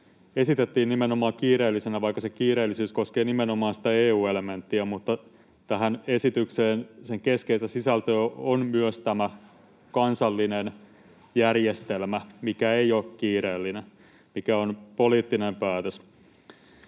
esitettiin nimenomaan kiireellisenä, vaikka se kiireellisyys koskee nimenomaan sitä EU-elementtiä, mutta tämän esityksen keskeistä sisältöä on myös tämä kansallinen järjestelmä, joka ei ole kiireellinen ja joka on poliittinen päätös.